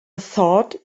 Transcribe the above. thought